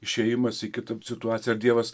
išėjimas į kitą situaciją ar dievas